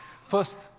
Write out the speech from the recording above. First